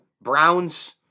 Browns